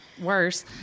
worse